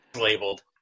labeled